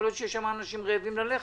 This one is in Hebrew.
יכול להיות שיש שם אנשים רעבים ללחם.